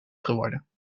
geworden